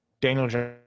Daniel